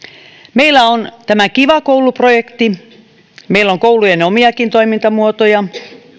meillä on tämä kiva koulu projekti meillä on koulujen omiakin toimintamuotoja